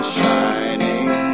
shining